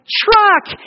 truck